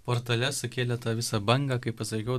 portale sukėlė tą visą bangą kai pasakiau